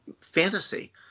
fantasy